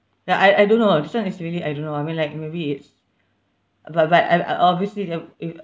ya I I don't know this one is really I don't know I mean like maybe it's but but I obviously there if